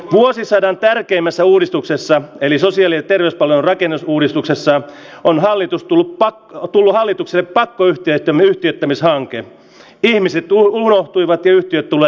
vuosisadan tärkeimmässä uudistuksessa eli sosiaali ja palvelurakenne uudistuksessa on valitus tulipa chopinin hallituksen pakko yhtiöittäminen tiettämishankkeet ihmisitua ulottuivat kyytiä tule